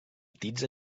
dits